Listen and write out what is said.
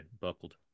Buckled